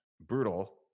Brutal